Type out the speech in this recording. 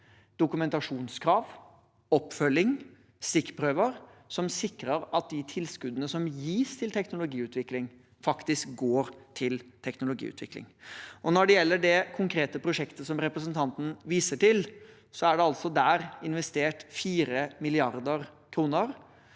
dokumentasjonskrav, oppfølging og stikkprø ver, som sikrer at de tilskuddene som gis til teknologiutvikling, faktisk går til teknologiutvikling. Når det gjelder det konkrete prosjektet som representanten viser til, er det altså der investert 4 mrd. kr.